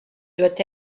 doit